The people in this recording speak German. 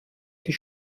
die